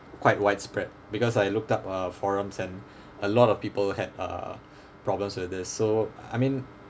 quite widespread because I looked up uh forums and a lot of people had uh problems with these so I mean